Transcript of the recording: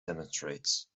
demonstrates